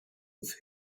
with